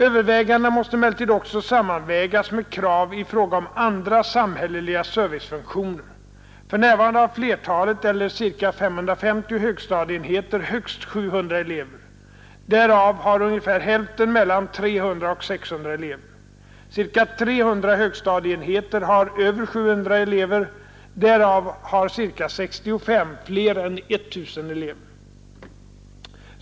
Övervägandena måste emellertid också sammanvägas med krav i fråga om andra samhälleliga servicefunktioner. För närvarande har flertalet eller ca 550 högstadieenheter högst 700 elever; därav har ungefär hälften mellan 300 och 600 elever. Ca 300 högstadieenheter har över 700 elever; därav har ca 65 flera än 1 000 elever.